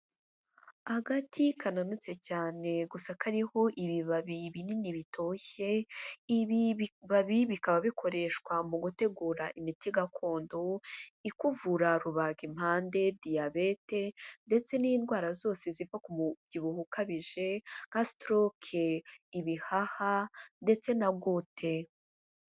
Agati kananutse cyane gusa kariho ibibabi binini bitoshye, ibi bibabi bikaba bikoreshwa mu gutegura imiti gakondo ikuvura rubagimpande, diyabete, ndetse n'indwara zose ziva ku mubyibuho ukabije nka sitoroke ibihaha ndetse na gote.